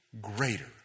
greater